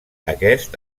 aquest